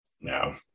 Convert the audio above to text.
No